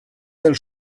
del